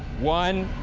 one.